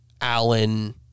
Allen